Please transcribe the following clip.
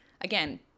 again